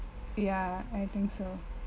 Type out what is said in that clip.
ya I think so